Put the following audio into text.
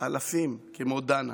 אלפים כמו דנה,